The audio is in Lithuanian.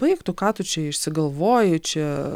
baik tu ką tu čia išsigalvoji čia